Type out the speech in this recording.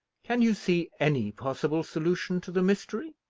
can you see any possible solution to the mystery?